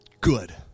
Good